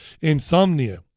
insomnia